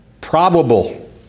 probable